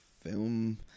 film